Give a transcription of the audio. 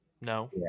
No